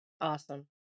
Awesome